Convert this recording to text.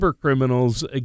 criminals